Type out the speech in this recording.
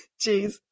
Jeez